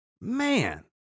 man